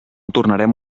tornarem